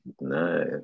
nice